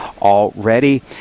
already